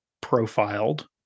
profiled